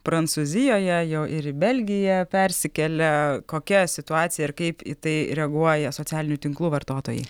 prancūzijoje jau ir į belgiją persikelia kokia situacija ir kaip į tai reaguoja socialinių tinklų vartotojai